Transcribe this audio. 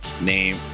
name